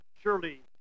surely